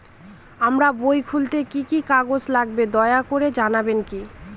আমার বই খুলতে কি কি কাগজ লাগবে দয়া করে জানাবেন কি?